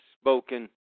spoken